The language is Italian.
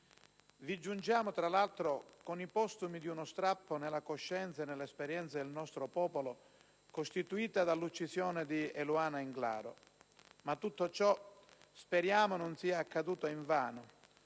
Vi giungiamo, tra l'altro, con i postumi di uno strappo nella coscienza e nell'esperienza del nostro popolo, costituito dall'uccisione di Eluana Englaro. Speriamo però che tutto ciò non sia accaduto invano,